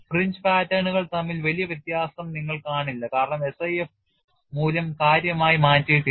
fringe പാറ്റേണുകൾ തമ്മിൽ വലിയ വ്യത്യാസം നിങ്ങൾ കാണില്ല കാരണം SIF മൂല്യം കാര്യമായി മാറ്റിയിട്ടില്ല